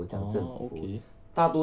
oh okay